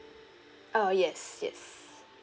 oh yes yes